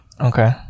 Okay